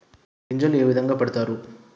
గింజలు ఏ విధంగా పెడతారు?